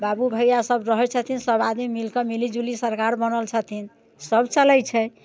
बाबू भैया सब रहै छथिन सब आदमी सब मिलिकऽ मिलीजूली सरकार बनल छथिन सब चलै छै